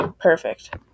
Perfect